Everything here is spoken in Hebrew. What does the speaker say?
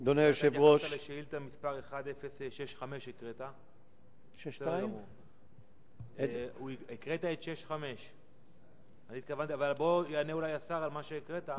הקראת את שאילתא 1065. יענה אולי השר על מה שהקראת.